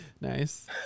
nice